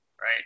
Right